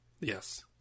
Yes